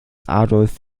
adolf